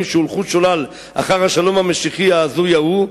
שהולכו שולל אחר השלום המשיחי ההזוי ההוא,